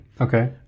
Okay